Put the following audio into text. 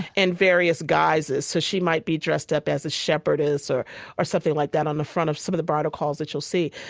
and various guises. so she might be dressed up as a shepherdess or or something like that on the front of some the bridal calls that you'll see.